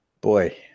boy